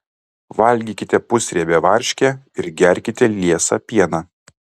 valgykite pusriebę varškę ir gerkite liesą pieną